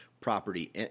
property